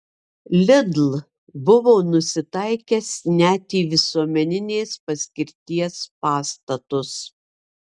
lidl buvo nusitaikęs net į visuomeninės paskirties pastatus